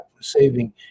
saving